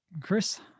Chris